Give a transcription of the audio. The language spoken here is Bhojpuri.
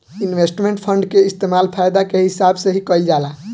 इन्वेस्टमेंट फंड के इस्तेमाल फायदा के हिसाब से ही कईल जाला